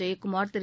Jayakumar Thiru